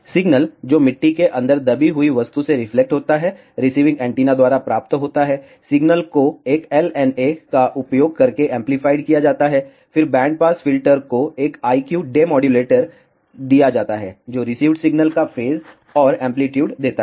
signal जो मिट्टी के अंदर दबी हुई वस्तु से रिफ्लेक्ट होता है रिसीविंग एंटीना द्वारा प्राप्त होता है सिग्नल को एक LNA का उपयोग करके एम्प्लिफाइड किया जाता है फिर बैंड पास फिल्टर को एक IQ डेमोडुलेटर दिया जाता है जो रिसीव्ड सिग्नल का फेज और एम्पलीटूड देता है